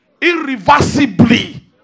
Irreversibly